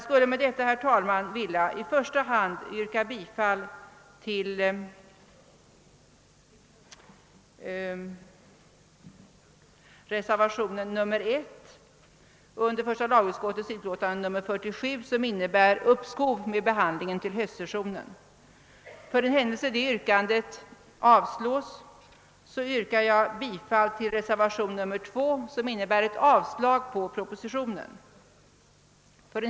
Med det anförda yrkar jag i första hand bifall till reservationen 1 vid A i första lagutskottets hemställan, som innebär uppskov med behandlingen av propositionen till höstsessionen. För den händelse det yrkandet avslås yrkar jag bifall till reservationen 2 vid B i utskottets hemställan.